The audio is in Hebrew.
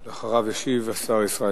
אחריו, ישיב השר ישראל